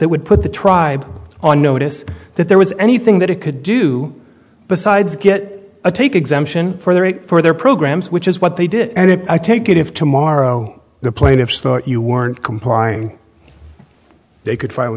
that would put the tribe on notice that there was anything that it could do besides get a take exemption for their programs which is what they did and if i take it if tomorrow the plaintiffs thought you weren't complying they could fi